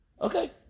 Okay